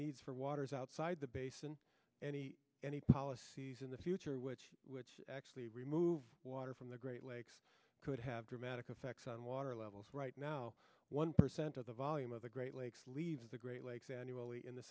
needs for waters outside the basin any any policies in the future which which actually remove water from the great lakes could have dramatic effects on water levels right now one percent of the volume of the great lakes leave the great lakes annually in the